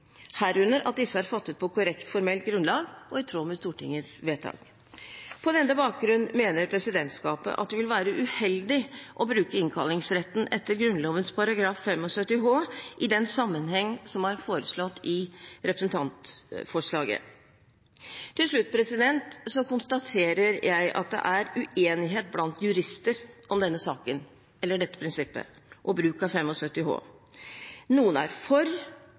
herunder at disse er fattet på korrekt formelt grunnlag og i tråd med Stortingets vedtak. På denne bakgrunn mener presidentskapet at det vil være uheldig å bruke innkallingsretten etter Grunnloven § 75 h i den sammenheng som er foreslått i representantforslaget. Til slutt konstaterer jeg at det er uenighet blant jurister om denne saken, eller dette prinsippet, og bruk av § 75 h. Noen er for,